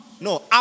No